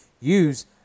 use